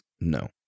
No